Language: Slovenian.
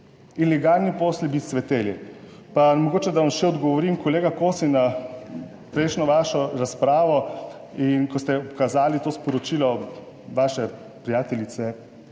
ilegalni posli bi cveteli. Pa mogoče, da vam še odgovorim, kolega Kosi, na prejšnjo vašo razpravo in, ko ste pokazali to sporočilo vaše prijateljice,